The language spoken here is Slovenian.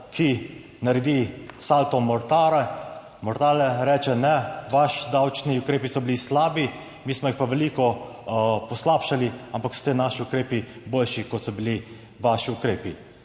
ki naredi salto mortare, mortale, reče ne, vaši davčni ukrepi so bili slabi, mi smo jih pa veliko poslabšali, ampak so ti naši ukrepi boljši kot so bili vaši ukrepi.